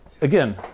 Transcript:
again